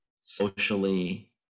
socially